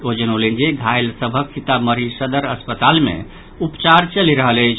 ओ जनौलनि जे घायल सभक सीतामढ़ी सदर अस्पताल मे उपचार चलि रहल अछि